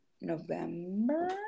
November